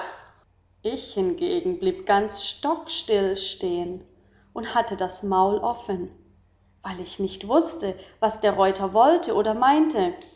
ich hingegen blieb ganz stockstill stehen und hatte das maul offen weil ich nicht wußte was der reuter wollte oder meinte